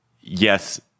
yes